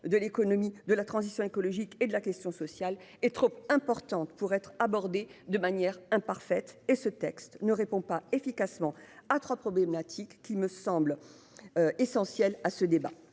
de l'économie de la transition écologique et de la question sociale est trop importante pour être abordée de manière imparfaite et ce texte ne répond pas efficacement à 3 problématiques qui me semble. Essentielle à ce débat.